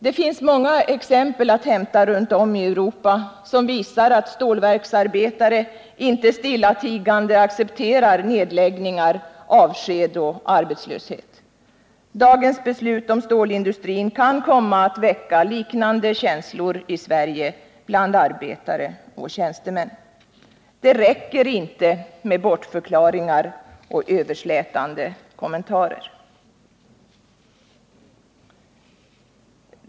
Det finns många exempel att hämta runt om i Europa, som visar att stålverksarbetare inte stillatigande accepterar nedläggningar, avsked och arbetslöshet. Dagens beslut om stålindustrin kan komma att väcka liknande känslor i Sverige bland arbetare och tjänstemän. Det räcker inte med bortförklaringar och överslätande kommentarer.